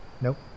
Nope